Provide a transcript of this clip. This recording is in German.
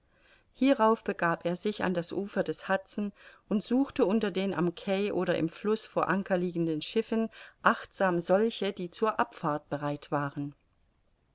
hierauf begab er sich an das ufer des hudson und suchte unter den am quai oder im fluß vor anker liegenden schiffen achtsam solche die zur abfahrt bereit waren